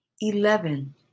Eleven